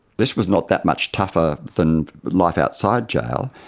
this was not that much tougher than life outside jail,